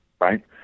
right